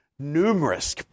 numerous